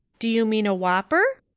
do you mean a whopper?